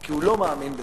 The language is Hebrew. כי הוא לא מאמין בזה.